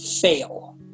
fail